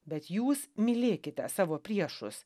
bet jūs mylėkite savo priešus